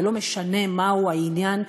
ולא משנה מהו העניין,